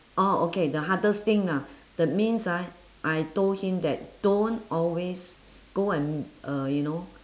orh okay the hardest thing ah that means ah I told him that don't always go and m~ uh you know